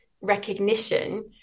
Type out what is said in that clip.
recognition